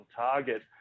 target